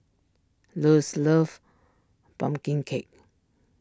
Luz loves Pumpkin Cake